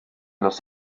los